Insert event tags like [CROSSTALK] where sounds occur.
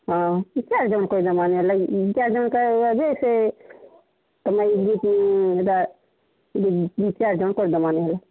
ହଁ ଟିକେ ସେ ତୁମେ [UNINTELLIGIBLE] ସେଇଟା ଦୁଇ ଚାରିଜଣ କରିନେମା ହେଲେ